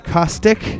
Caustic